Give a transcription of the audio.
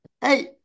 hey